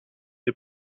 est